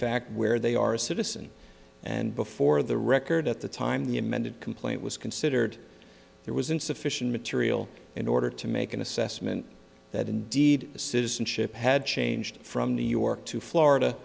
fact where they are a citizen and before the record at the time the amended complaint was considered there was insufficient material in order to make an assessment that indeed the citizenship had changed from new york to florida